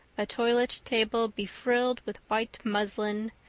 a toilet table befrilled with white muslin,